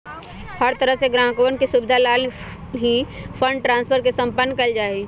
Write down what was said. हर तरह से ग्राहकवन के सुविधा लाल ही फंड ट्रांस्फर के सम्पन्न कइल जा हई